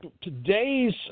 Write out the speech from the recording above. today's